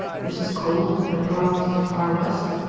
this is called, in the parlance of the far west,